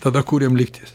tada kuriam lygtis